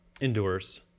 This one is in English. endures